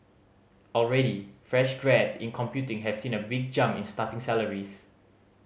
already fresh grads in computing have seen a big jump in starting salaries